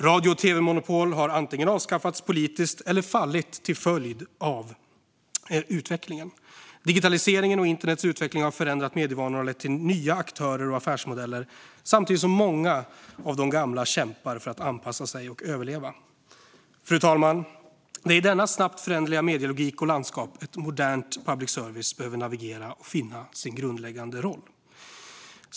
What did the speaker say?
Radio och tv-monopol har antingen avskaffats politiskt eller fallit till följd av utvecklingen. Digitaliseringen och internets utveckling har förändrat medievanorna och lett till nya aktörer och affärsmodeller, samtidigt som många av de gamla kämpar för att anpassa sig och överleva. Fru talman! Det är i denna snabbt föränderliga medielogik och landskap en modern public service behöver navigera och finna sin grundläggande roll.